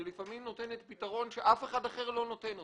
שלפעמים נותנת פתרון שאף אחד אחר לא נותן אותו.